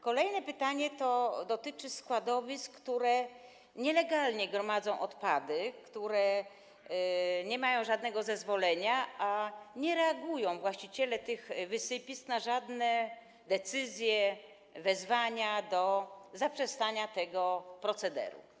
Kolejne pytanie dotyczy składowisk, które nielegalnie gromadzą odpady, które nie mają żadnego zezwolenia, a właściciele tych wysypisk nie reagują na żadne decyzje, wezwania do zaprzestania tego procederu.